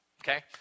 Okay